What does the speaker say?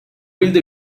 wilde